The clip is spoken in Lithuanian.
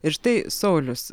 ir štai saulius